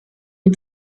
die